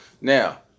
Now